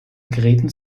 gräten